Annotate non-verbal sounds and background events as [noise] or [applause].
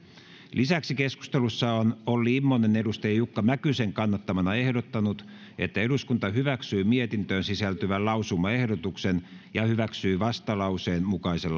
lisäksi keskustelussa on olli immonen jukka mäkysen kannattamana ehdottanut että eduskunta hylkää mietintöön sisältyvän lausumaehdotuksen ja hyväksyy vastalauseen mukaisen [unintelligible]